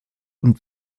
und